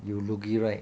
you lugi right